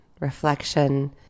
reflection